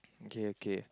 okay okay